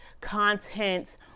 contents